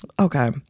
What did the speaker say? okay